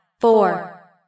four